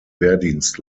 wehrdienst